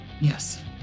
yes